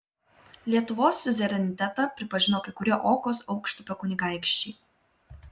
lietuvos siuzerenitetą pripažino kai kurie okos aukštupio kunigaikščiai